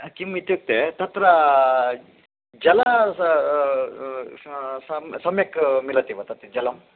किम् इत्युक्ते तत्र जलं सम्यक् मिलति वा तत् जलम्